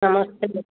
नमस्ते